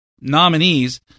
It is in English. nominees